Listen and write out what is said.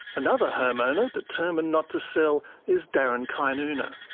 another home owner determined not to sell is darren kynuna.